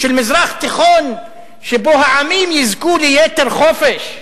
של מזרח תיכון שבו העמים יזכו ליתר חופש.